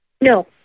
no